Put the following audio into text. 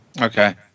Okay